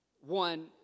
one